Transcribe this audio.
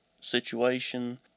situation